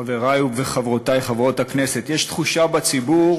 חברי וחברותי חברי הכנסת, יש תחושה בציבור